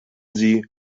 sie